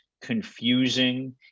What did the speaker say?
confusing